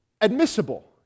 admissible